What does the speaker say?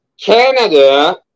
Canada